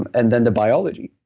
and and then the biology,